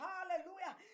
Hallelujah